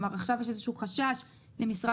כלומר עכשיו יש איזה שהוא חשש למשרד